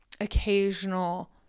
occasional